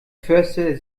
förster